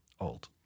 old